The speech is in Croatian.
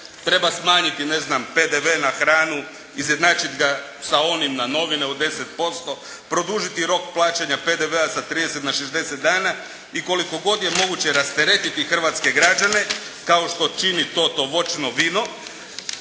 Treba smanjiti, ne znam, PDV na hranu. Izjednačit ga sa onim na novine od 10%. Produžiti rok plaćanja PDV-a sa 30 na 60 dana i koliko god je moguće rasteretiti hrvatske građane kao što čini to to voćno vino.